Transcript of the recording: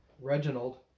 Reginald